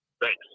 Thanks